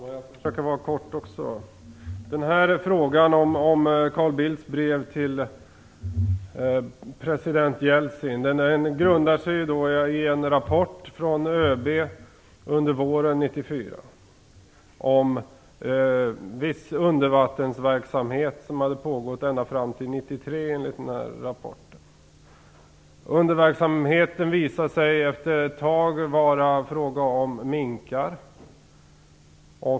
Fru talman! Jag skall försöka att fatta mig kort. Frågan om Carl Bildts brev till president Jeltsin grundar sig på en rapport från ÖB under våren 1994 om viss undervattensverksamhet som enligt rapporten pågått ända fram till 1993. Undervattensverksamheten visade sig efter ett tag vara fråga om minkar.